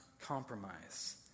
compromise